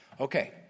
Okay